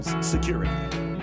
security